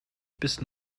bis